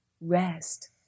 rest